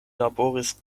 laboris